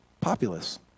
populace